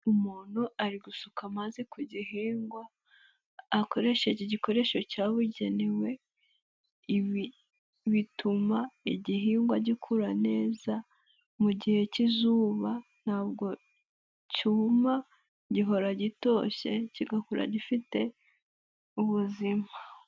Umuntu ari gusuka amazi ku gihingwa, akoresheje igikoresho cyabugenewe, ibi bituma igihingwa gikura neza mu gihe cy'izuba ntabwo cyuma, gihora gitoshye kigakura gifite ubuzima.